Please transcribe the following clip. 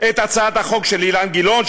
את הצעת החוק של אילן גילאון,